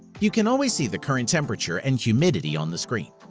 you can always see the current temperature and humidity on the screen.